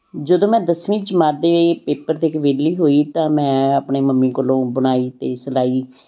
ਜਦੋਂ ਮੈਂ ਦਸਵੀਂ ਜਮਾਤ ਦੇ ਪੇਪਰ ਦੇ ਕੇ ਵਿਹਲੀ ਹੋਈ ਤਾਂ ਮੈਂ ਆਪਣੇ ਮੰਮੀ ਕੋਲੋਂ ਬੁਣਾਈ ਅਤੇ ਸਿਲਾਈ